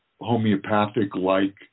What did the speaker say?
homeopathic-like